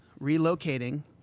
relocating